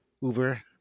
Uber